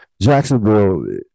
Jacksonville